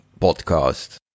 podcast